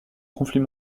conflit